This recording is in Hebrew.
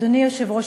אדוני היושב-ראש,